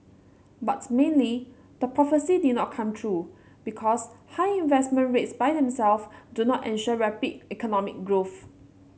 but mainly the prophecy did not come true because high investment rates by them self do not ensure rapid economic growth